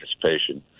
participation